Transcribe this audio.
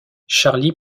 charlie